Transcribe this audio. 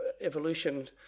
evolution